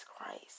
Christ